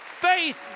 Faith